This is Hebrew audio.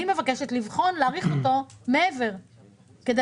אני מבקשת לבחון להאריך אותו מעבר כדי